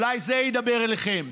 אולי זה ידבר אליכם: